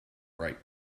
ripe